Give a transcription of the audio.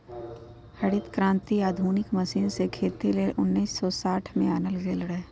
हरित क्रांति आधुनिक मशीन से खेती लेल उन्नीस सौ साठ में आनल गेल रहै